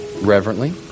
reverently